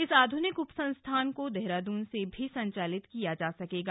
इस आधुनिक उपसंस्थान को देहरादून से भी संचालित किया जा सकेगा